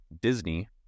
disney